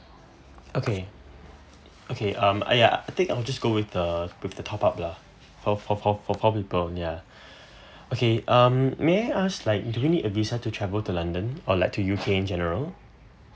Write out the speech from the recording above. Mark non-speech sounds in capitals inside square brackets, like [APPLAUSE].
okay okay um !aiya! I think I'll just go with the with the top up lah for for for for four people ya [BREATH] okay um may I ask like do we need a visa to travel to london or like to U_K in general